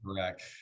Correct